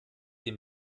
dem